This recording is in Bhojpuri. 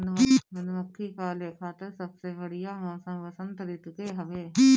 मधुमक्खी पाले खातिर सबसे बढ़िया मौसम वसंत ऋतू के हवे